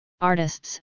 artists